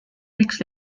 weeks